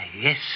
yes